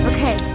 Okay